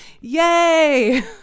Yay